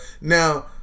Now